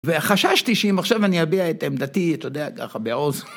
וחששתי שאם עכשיו אני אביע את עמדתי, אתה יודע, ככה, בעוז.